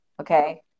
Okay